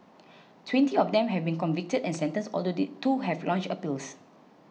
twenty of them have been convicted and sentenced although two have launched appeals